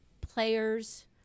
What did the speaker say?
players